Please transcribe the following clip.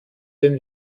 den